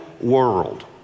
world